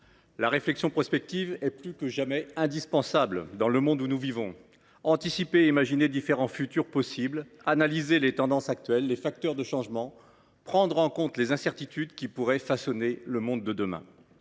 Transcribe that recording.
la réflexion prospective est plus que jamais indispensable dans le monde où nous vivons. Il importe d’anticiper et d’imaginer différents futurs possibles, d’analyser les tendances actuelles, les facteurs de changement et de prendre en compte les incertitudes qui pourraient façonner le monde de demain.